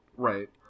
Right